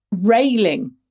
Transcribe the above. railing